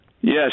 Yes